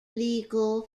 legal